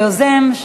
היוזם,